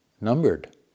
numbered